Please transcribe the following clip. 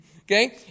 Okay